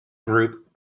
group